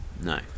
No